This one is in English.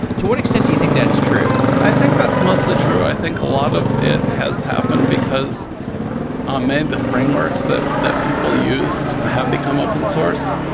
to what extent do you think that's true? i think that's mostly true. i think a lot of it has happened um and frameworks that that people used have become open source.